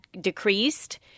decreased